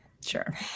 Sure